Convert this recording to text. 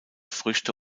früchte